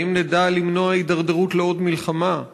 האם נדע למנוע הידרדרות לעוד מלחמה,